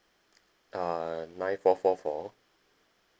uh nine four four four